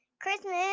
Christmas